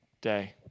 day